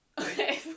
Okay